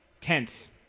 Tense